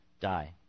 die